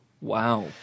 Wow